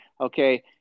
okay